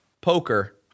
poker